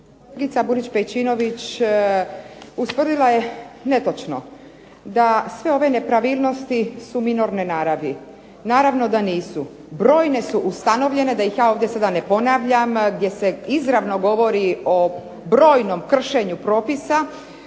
Kolegica Burić Pejčinović ustvrdila je netočno, da sve ove nepravilnosti su minorne naravi. Naravno da nisu. Brojne su ustanovljene da ih ja sada ovdje ne ponavljam gdje se izravno govori o brojnom kršenju propisa